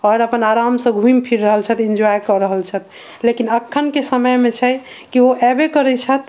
आओर अपन आरामसँ घुमि फिर रहल छथिन एन्जॉय कऽ रहल छथि लेकिन अखनके समयमे छै कि ओ अयबे करै छथि